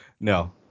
No